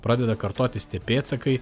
pradeda kartotis tie pėdsakai